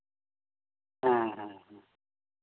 ᱦᱮᱸ ᱦᱮᱸ